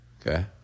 Okay